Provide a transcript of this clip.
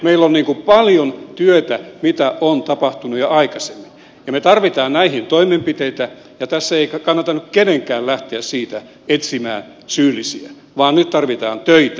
meillä on paljon työtä siinä mitä on tapahtunut jo aikaisemmin ja me tarvitsemme näihin toimenpiteitä ja tässä ei kannata nyt kenenkään lähteä siihen etsimään syyllisiä vaan nyt tarvitaan töitä